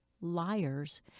liars